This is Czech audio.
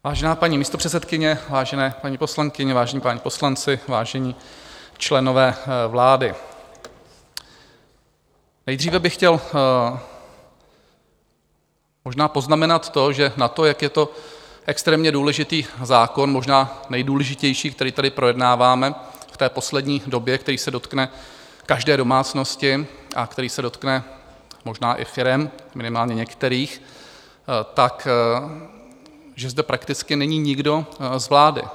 Vážená paní místopředsedkyně, vážené paní poslankyně, vážení páni poslanci, vážení členové vlády, nejdříve bych chtěl možná poznamenat to, že na to, jak je to extrémně důležitý zákon, možná nejdůležitější, který tady projednáváme v té poslední době, který se dotkne každé domácnosti a který se dotkne možná i firem, minimálně některých, tak zde prakticky není nikdo z vlády.